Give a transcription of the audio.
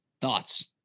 Thoughts